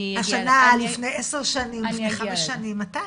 השנה, לפני עשר שנים, לפני חמש שנים מתי?